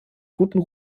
guten